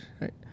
right